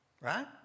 Right